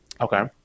Okay